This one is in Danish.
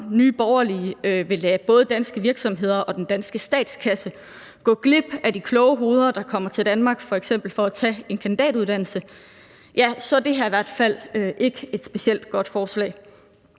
Nye Borgerlige vil lade både danske virksomheder og den danske statskasse gå glip af de kloge hoveder, der kommer til Danmark, f.eks. for at tage en kandidatuddannelse, er det her i hvert fald ikke et specielt godt forslag.